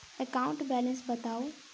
account balance बताउ